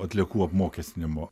atliekų apmokestinimo